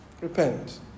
Repent